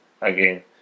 again